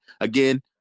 Again